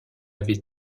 avait